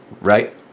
right